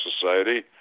Society